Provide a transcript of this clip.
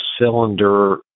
cylinder